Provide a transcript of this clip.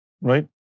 Right